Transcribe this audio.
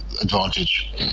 advantage